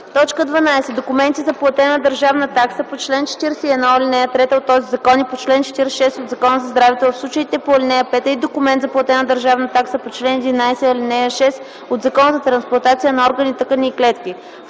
така: „12. документи за платена държавна такса по чл. 41, ал. 3 от този закон и по чл. 46 от Закона за здравето, а в случаите по ал. 5 – и документ за платена държавна такса по чл. 11, ал. 6 от Закона за трансплантация на органи, тъкани и клетки.”